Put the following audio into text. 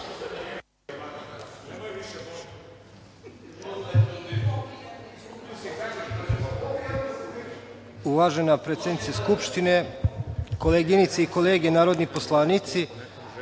Uvažena predsednice Skupštine, koleginice i kolege narodni poslanici,